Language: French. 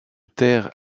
terres